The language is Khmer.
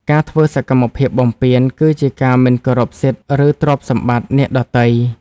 ការធ្វើសកម្មភាពបំពានគឺជាការមិនគោរពសិទ្ធិ ឬទ្រព្យសម្បត្តិអ្នកដទៃ។